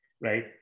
right